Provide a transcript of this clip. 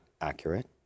accurate